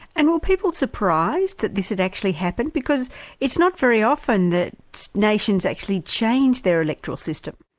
and were people surprised that this had actually happened? because it's not very often that nations actually change their electoral system.